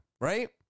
right